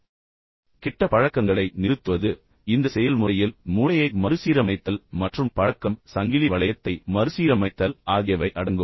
இப்போது கெட்ட பழக்கங்களை நிறுத்துவது இந்த செயல்முறையில் மூளையை மறுசீரமைத்தல் மற்றும் பழக்கம் சங்கிலி வளையத்தை மறுசீரமைத்தல் ஆகியவை அடங்கும்